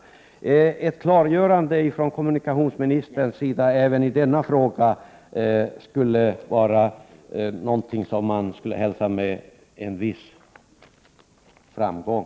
Jag skulle hälsa ett klargörande från kommunikationsministern även i denna fråga som en viss framgång.